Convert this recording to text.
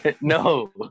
No